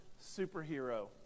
superhero